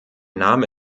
name